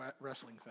wrestling